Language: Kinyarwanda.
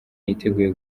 niteguye